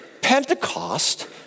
Pentecost